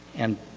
and